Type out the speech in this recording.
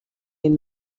این